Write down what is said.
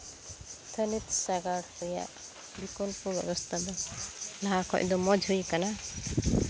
ᱛᱷᱟᱱᱤᱛ ᱥᱟᱸᱜᱟᱲ ᱨᱮᱭᱟᱜ ᱵᱤᱠᱚᱞᱯᱚ ᱵᱮᱵᱚᱥᱛᱷᱟ ᱫᱚ ᱞᱟᱦᱟ ᱠᱷᱚᱡ ᱫᱚ ᱢᱚᱡᱽ ᱦᱩᱭ ᱠᱟᱱᱟ